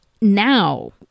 now